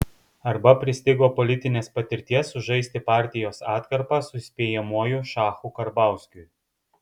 arba pristigo politinės patirties sužaisti partijos atkarpą su įspėjamuoju šachu karbauskiui